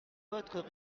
votre